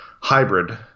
hybrid